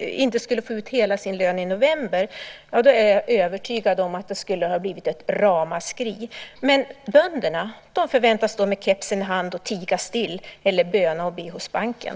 inte skulle få ut hela sin lön i november, då är jag övertygad om att det skulle ha blivit ett ramaskri. Men bönderna förväntas stå med kepsen i hand och tiga still eller böna och be hos banken.